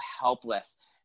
helpless